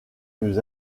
nous